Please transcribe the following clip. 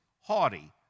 haughty